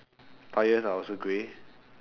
tyres are also grey